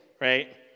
right